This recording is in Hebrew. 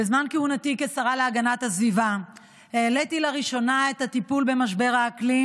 בזמן כהונתי כשרה להגנת הסביבה העליתי לראשונה את הטיפול במשבר האקלים